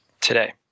today